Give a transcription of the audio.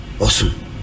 Awesome